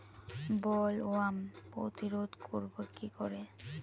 Bollworm প্রতিরোধ করব কি করে?